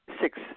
Six